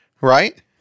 right